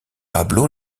pablo